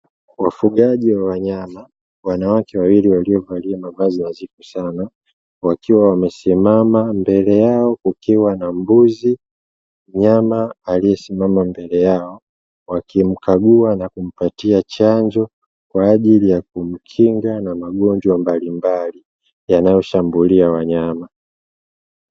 Wafugaji wa wanyama wanawake wawili wakiwa wamevalia mavazi nadhifu sana, wakiwa wamesimama; mbele yao kukiwa na mbuzi mnyama aliyesimama mbele yao; wakimkagua na kumpatia chanjo kwa ajili ya kumkinga na magojwa mbalimbali yanayoshambulia wanyama.